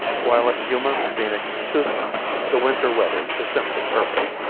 while at yuma, phoenix and tucson the winter weather is simply perfect.